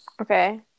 Okay